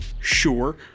sure